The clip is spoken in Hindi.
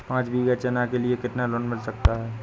पाँच बीघा चना के लिए कितना लोन मिल सकता है?